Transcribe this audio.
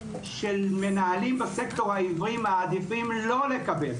שמנהלים בסקטור העברי מעדיפים לא לקבל אותם,